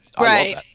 right